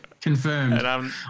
confirmed